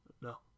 no